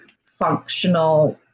functional